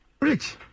rich